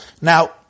Now